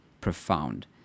profound